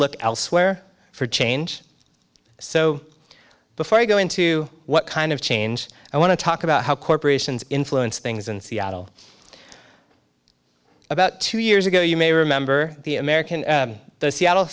look elsewhere for change so before i go into what kind of change i want to talk about how corporations influence things in seattle about two years ago you may remember the american the seattle